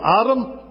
Adam